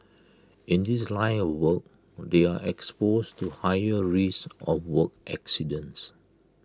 in this line of work they are exposed to higher risk of work accidents